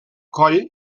coll